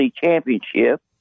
Championship